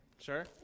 Sure